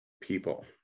people